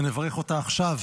ואני אברך אותה עכשיו